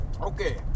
okay